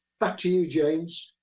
back to you james.